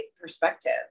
perspective